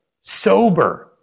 Sober